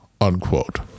unquote